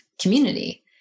community